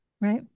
Right